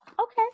okay